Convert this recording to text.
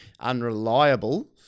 unreliable